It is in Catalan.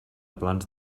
plans